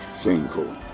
Shameful